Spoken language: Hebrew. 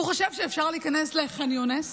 הוא חושב שאפשר להיכנס לח'אן יונס